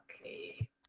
okay